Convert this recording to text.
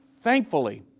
Thankfully